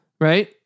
right